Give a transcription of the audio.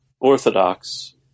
orthodox